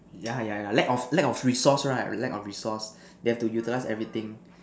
yeah yeah yeah lack of lack of resource right lack of resource you have to utilize everything